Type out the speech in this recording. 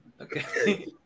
okay